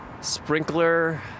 sprinkler